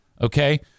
okay